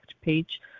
page